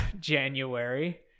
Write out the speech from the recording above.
January